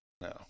No